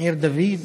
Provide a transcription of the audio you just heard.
עיר דוד.